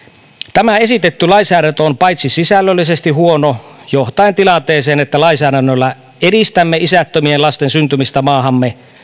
tämä esitetty lainsäädäntö on paitsi sisällöllisesti huono johtaen tilanteeseen että lainsäädännöllä edistämme isättömien lasten syntymistä maahamme